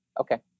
okay